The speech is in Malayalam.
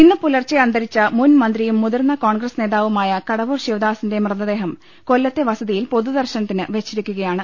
ഇന്നു പുലർച്ചെ അന്തരിച്ച മുൻമന്ത്രിയും മുതിർന്ന കോൺഗ്രസ് നേതാവുമായ കട്വൂർ ശിവദാസന്റെ മൃതദേഹം കൊല്ലത്തെ വസ തിയിൽ പൊതുദർശനത്തിന് വെച്ചിരിക്കുകയാണ്